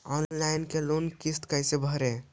Online loan के किस्त कैसे भरे?